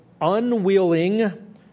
unwilling